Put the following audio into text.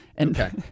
Okay